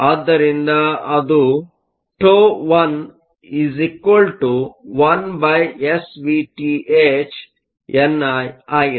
ಆದ್ದರಿಂದ ಅದು τ11SVthNI ಆಗಿದೆ